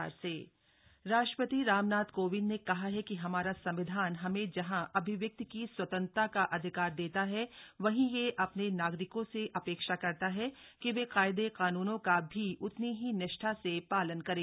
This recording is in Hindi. ग्रष्टपति अभिभाषण राष्ट्रपति रामनाथ कोविंद ने कहा है कि हमारा संविधान हमें जहां अभिव्यक्ति की स्वतंत्रता का अधिकार देता है वहीं यह अपने नागरिकों से अपेक्षा करता है कि वे कायदे कानुनों का भी उतनी ही निष्ठा से पालन करें